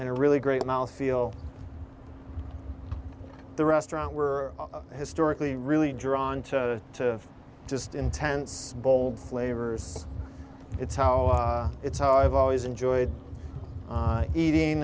in a really great mouthfeel the restaurant were historically really drawn to to just intense bold flavors it's how it's how i've always enjoyed eating